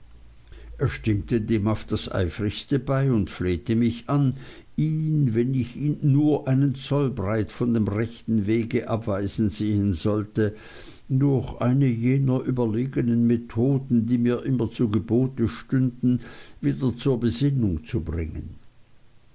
er stimmte dem auf das eifrigste bei und flehte mich an ihn wenn ich ihn nur einen zollbreit von dem rechten wege abweichen sehen sollte durch eine jener überlegenen methoden die mir immer zu gebote stünden wieder zur besinnung zu bringen